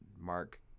Mark